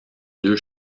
deux